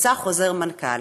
יצא חוזר מנכ"ל.